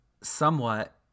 Somewhat